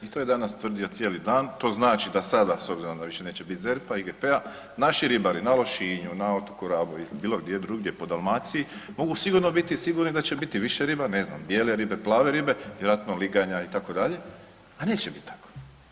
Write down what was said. I to je danas tvrdio cijeli dan, to znači da sada, s obzirom da više neće biti ZERP-a, IGP-a, naši ribari na Lošinju, na otoku Rabu ili bilo gdje druge po Dalmaciji, mogu sigurno biti sigurni da će biti više riba, ne znam, bijele ribe, prave ribe, vjerojatno liganja, itd., a neće biti tako.